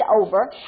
over